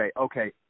okay